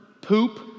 poop